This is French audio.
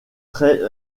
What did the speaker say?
très